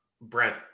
Brent